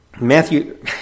Matthew